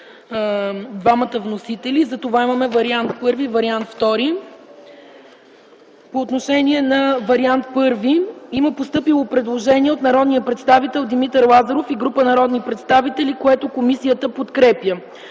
двамата вносители. Затова имаме вариант първи и вариант втори. По отношение на вариант първи има постъпило предложение от народния представител Димитър Лазаров и група народни представители, което комисията подкрепя.